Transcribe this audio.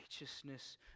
righteousness